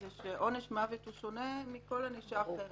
זה שעונש מוות הוא שונה מכל ענישה אחרת.